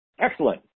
Excellent